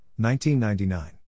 1999